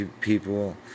people